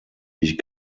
ich